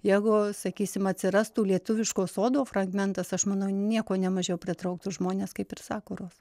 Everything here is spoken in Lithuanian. jeigu sakysim atsirastų lietuviško sodo fragmentas aš manau nieko nemažiau pritrauktų žmones kaip ir sakuros